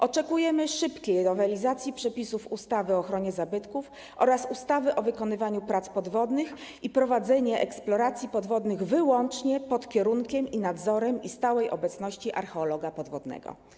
Oczekujemy szybkiej nowelizacji przepisów ustawy o ochronie zabytków oraz ustawy o wykonywaniu prac podwodnych i prowadzenia eksploracji podwodnych wyłącznie pod kierunkiem i nadzorem, i stałej obecności archeologa podwodnego.